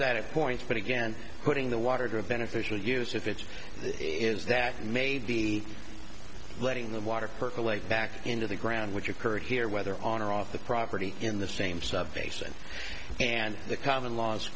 that it points but again putting the water to a beneficial use if it's it is that made the letting the water percolate back into the ground which occurred here whether on or off the property in the same stuff basin and the common law